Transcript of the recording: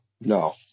no